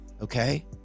okay